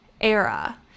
era